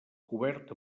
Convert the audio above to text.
cobert